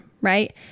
right